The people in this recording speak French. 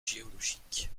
géologique